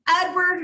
Edward